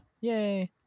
yay